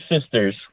sisters